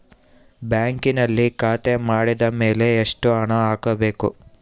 ಬ್ಯಾಂಕಿನಲ್ಲಿ ಖಾತೆ ಮಾಡಿದ ಮೇಲೆ ಎಷ್ಟು ಹಣ ಹಾಕಬೇಕು?